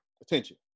attention